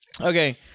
Okay